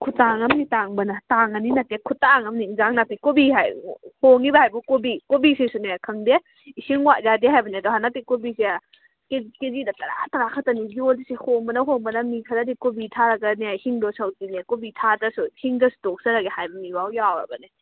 ꯈꯨꯇꯥꯡꯑꯝꯅꯤ ꯇꯥꯡꯕꯅ ꯇꯥꯡꯉꯅꯤ ꯅꯠꯇꯦ ꯈꯨꯇꯥꯡ ꯑꯝꯅꯤ ꯌꯦꯟꯁꯥꯡ ꯅꯥꯄꯤ ꯀꯣꯕꯤ ꯍꯥꯏꯔꯣ ꯍꯣꯡꯏꯕ ꯍꯥꯏꯕꯕꯨ ꯀꯣꯕꯤ ꯀꯣꯕꯤꯁꯤꯁꯨꯅꯦ ꯈꯪꯗꯦ ꯏꯁꯤꯡ ꯋꯥꯠ ꯌꯥꯗꯦ ꯍꯥꯏꯕꯅꯦ ꯑꯗꯣ ꯍꯟꯗꯛꯀꯤ ꯀꯣꯕꯤꯁꯦ ꯀꯦꯖꯤꯗ ꯇꯔꯥ ꯇꯔꯥ ꯈꯛꯇꯅꯤ ꯌꯣꯜꯂꯤꯁꯦ ꯍꯣꯡꯕꯅ ꯍꯣꯡꯕꯅ ꯃꯤ ꯈꯔꯗꯤ ꯀꯣꯕꯤ ꯊꯥꯔꯒꯅꯦ ꯍꯤꯡꯗꯧ ꯁꯔꯨꯛꯇꯤꯅꯦ ꯀꯣꯕꯤ ꯊꯥꯗ꯭ꯔꯁꯨ ꯍꯤꯡꯗ꯭ꯔꯁꯨ ꯇꯣꯛꯆꯔꯒꯦ ꯍꯥꯏꯕ ꯃꯤꯐꯥꯎ ꯌꯥꯎꯔꯕꯅꯦ